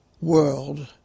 world